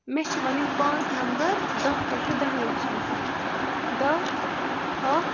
مےٚ چھِ وَنٕنۍ پانٛژھ نمبر دَہ پٮ۪ٹھٕ دَہَن لَچھَن تانۍ دَہ ہَتھ